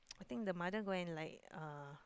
I think the mother go and like uh